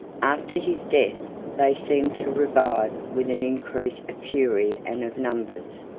after his death they seemed to revive with an increase of fury and of numbers.